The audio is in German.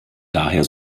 daher